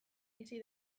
bizi